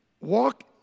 walk